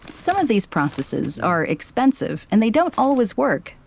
some of these processes are expensive, and they don't always work,